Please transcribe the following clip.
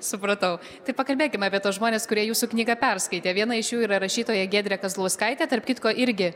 supratau tai pakalbėkime apie tuos žmones kurie jūsų knygą perskaitė viena iš jų yra rašytoja giedrė kazlauskaitė tarp kitko irgi